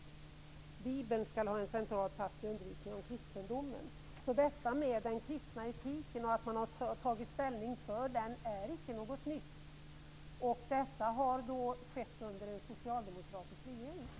- Bibeln skall ha en central plats vid undervisningen om kristendomen.'' Att man tar ställning för den kristna etiken är icke något nytt. Det har skett under en socialdemokratisk regering.